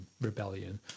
rebellion